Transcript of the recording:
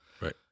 Right